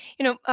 you know,